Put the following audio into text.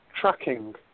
tracking